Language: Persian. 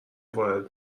وارد